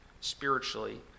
spiritually